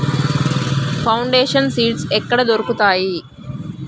Foundation seeds ఎక్కడ దొరుకుతాయి?